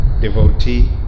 devotee